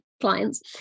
clients